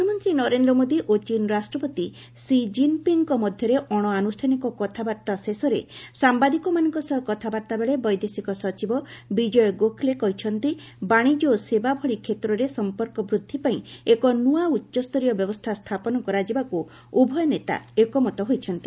ପ୍ରଧାନମନ୍ତ୍ରୀ ନରେନ୍ଦ୍ର ମୋଦୀ ଓ ଚୀନ୍ ରାଷ୍ଟ୍ରପତି ଷି କିନ୍ପିଙ୍ଗ୍ଙ୍କ ମଧ୍ୟରେ ଅଣଆନୁଷ୍ଠାନିକ କଥାବାର୍ତ୍ତା ଶେଷରେ ସାମ୍ବାଦିକମାନଙ୍କ ସହ କଥାବାର୍ତ୍ତା ବେଳେ ବୈଦେଶିକ ସଚିବ ବିଜୟ ଗୋଖଲେ କହିଛନ୍ତି ବାଣିଜ୍ୟ ଓ ସେବା ଭଳି କ୍ଷେତ୍ରରେ ସଂପର୍କ ବୃଦ୍ଧି ପାଇଁ ଏକ ନୂଆ ଉଚ୍ଚସ୍ତରୀୟ ବ୍ୟବସ୍ଥା ସ୍ଥାପନ କରାଯିବାକୁ ଉଭୟ ନେତା ଏକମତ ହୋଇଛନ୍ତି